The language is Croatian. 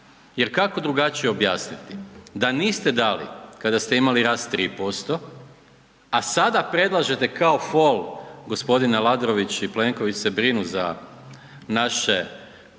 Jer kako drugačije objasniti da niste dali kada ste imali rast 3%, a sada predlaže kao fol, g. Aladrović i Plenković se brinu za naše